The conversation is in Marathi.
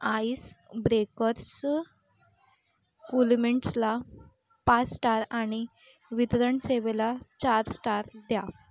आईस ब्रेकर्स कूलमिंट्सला पाच स्टार आणि वितरण सेवेला चार स्टार द्या